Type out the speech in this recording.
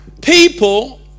people